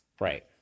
Right